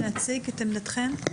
להציג את עמדתכם?